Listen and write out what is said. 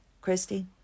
Christy